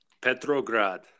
Petrograd